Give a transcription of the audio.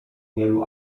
wielu